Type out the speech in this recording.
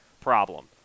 problem